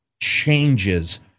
changes